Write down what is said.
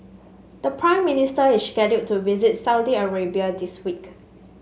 the Prime Minister is scheduled to visit Saudi Arabia this week